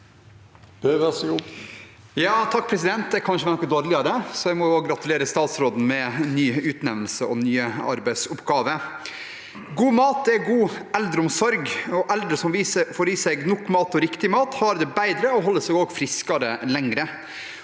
kan ikke være noe dårligere – også jeg må gratulere statsråden med ny utnevnelse og nye arbeidsoppgaver. «God mat er god eldreomsorg. Eldre som får i seg nok mat og riktig mat, har det bedre og holder seg friske lenger.